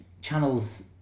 channels